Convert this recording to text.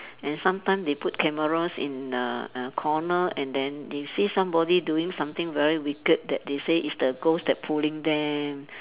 and sometimes they put cameras in the err corner and then they see somebody doing something very wicked that they say it's the ghost that pulling them